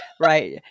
Right